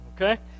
okay